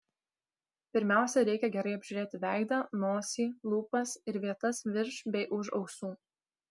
pirmiausia reikia gerai apžiūrėti veidą nosį lūpas ir vietas virš bei už ausų